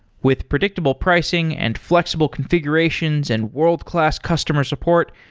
with predictable pricing and flexible configurations and world-class customer support,